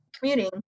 commuting